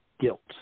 guilt